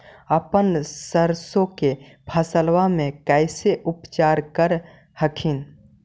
अपन सरसो के फसल्बा मे कैसे उपचार कर हखिन?